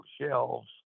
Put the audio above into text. shelves